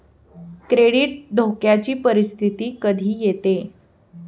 credit धोक्याची परिस्थिती कधी येते